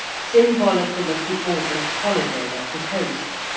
symbolical of the august holiday at the coast,